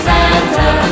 Santa